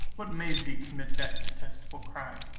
what made thee commit that detestable crime,